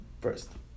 first